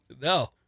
no